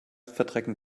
verdrecken